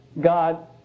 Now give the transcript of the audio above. God